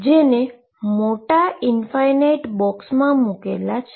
જેને મોટા ઈન્ફાઈનાઈટ બોક્સમાં મુકેલા છે